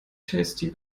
tasty